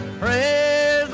praise